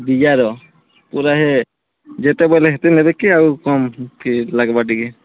ବିଜାର ପୁରା ହେ ଯେତେବେଲେ ହେତେ ନେବେ କି ଆଉ କମ୍ ଲାଗ୍ବା ଟିକେ